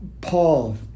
Paul